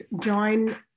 join